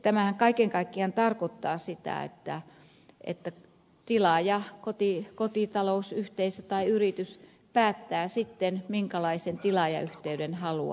tämähän kaiken kaikkiaan tarkoittaa sitä että tilaajakotitalous yhteisö tai yritys päättää sitten minkälaisen tilaajayhteyden haluaa